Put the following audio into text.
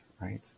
right